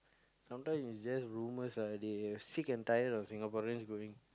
sometime is just rumours ah they sick and tired of Singaporeans going